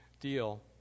deal